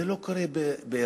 זה לא קורה באירופה.